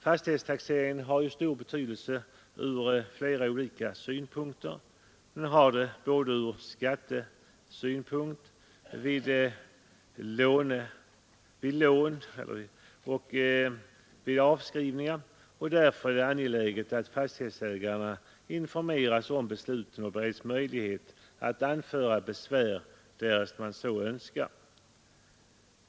Fastighetstaxeringen har ju stor betydelse ur flera synpunkter, både ur skattesynpunkt vid låneärende och avskrivning, och därför är det angeläget att fastighetsägarna informeras om besluten och bereds möjlighet att anföra besvär, om de så önskar.